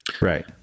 right